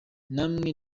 namwe